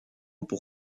pour